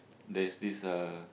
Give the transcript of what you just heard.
there is this uh